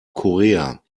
korea